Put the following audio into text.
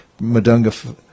Madunga